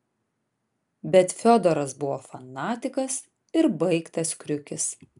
bet fiodoras buvo fanatikas ir baigtas kriukis